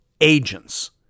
agents